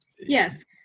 Yes